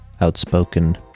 outspoken